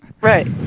right